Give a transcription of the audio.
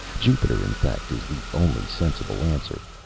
jupiter, in fact, is the only sensible answer.